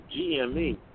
GME